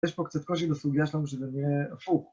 יש פה קצת קושי בסוגיה שלנו שזה הפוך